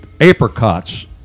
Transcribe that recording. apricots